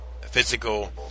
physical